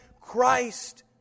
Christ